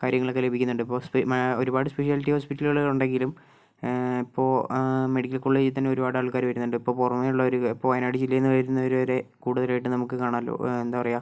കാര്യങ്ങളൊക്കെ ലഭിക്കുന്നുണ്ട് ഇപ്പോൾ ഒരുപാട് സ്പെഷ്യാലിറ്റി ഹോസ്പിറ്റലുകൾ ഉണ്ടെങ്കിലും ഇപ്പോൾ മെഡിക്കൽ കോളേജിൽ തന്നെ ഒരുപാട് ആൾക്കാർ വരുന്നുണ്ട് ഇപ്പോൾ പുറമേ ഉള്ളവർ ഇപ്പോൾ വയനാട് ജില്ലയിൽ നിന്ന് വരുന്നവർ വരെ കൂടുതലായിട്ട് നമുക്ക് കാണാമല്ലോ എന്താ പറയുക